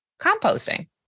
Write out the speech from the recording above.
composting